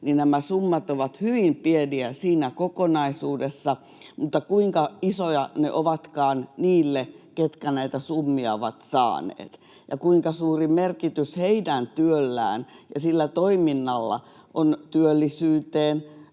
että nämä summat ovat hyvin pieniä siinä kokonaisuudessa, mutta kuinka isoja ne ovatkaan niille, ketkä näitä summia ovat saaneet, ja kuinka suuri merkitys heidän työllään ja sillä toiminnalla on työllisyyteen,